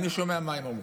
אני שומע מה הם אומרים,